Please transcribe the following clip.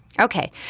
Okay